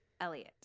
Elliot